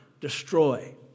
destroy